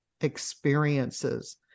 experiences